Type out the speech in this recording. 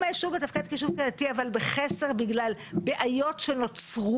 אם היישוב מתפקד כיישוב קהילתי אבל בחסר בגלל בעיות שנוצרו,